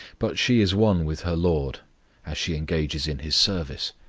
but she is one with her lord as she engages in his service!